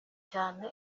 cyane